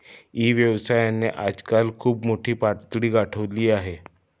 E व्यवसायाने आजकाल खूप मोठी पातळी गाठली आहे